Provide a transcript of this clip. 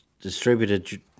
distributed